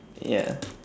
ya